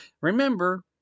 Remember